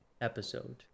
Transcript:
episode